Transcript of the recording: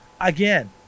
again